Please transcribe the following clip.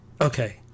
Okay